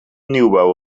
nieuwbouw